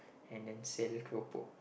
and then sell keropok